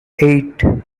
eight